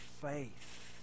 faith